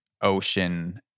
ocean